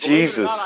Jesus